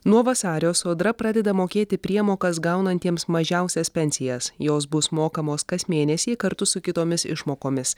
nuo vasario sodra pradeda mokėti priemokas gaunantiems mažiausias pensijas jos bus mokamos kas mėnesį kartu su kitomis išmokomis